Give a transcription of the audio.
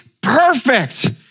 perfect